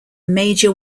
major